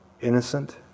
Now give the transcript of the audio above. innocent